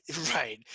right